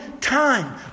time